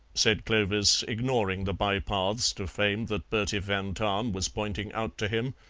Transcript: said clovis, ignoring the bypaths to fame that bertie van tahn was pointing out to him.